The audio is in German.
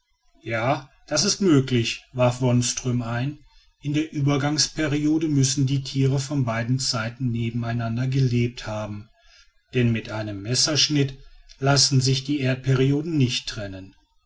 ja das ist möglich warf wonström ein in der übergangsperiode müssen die tiere von beiden zeiten nebeneinander gelebt haben denn mit einem messerschnitt lassen sich die erdperioden nicht trennen